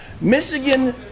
Michigan